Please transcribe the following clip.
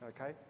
Okay